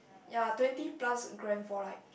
ya twenty plus grand for like